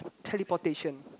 teleportation